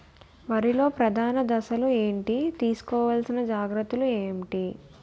వరిలో ప్రధాన దశలు ఏంటి? తీసుకోవాల్సిన జాగ్రత్తలు ఏంటి?